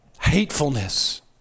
hatefulness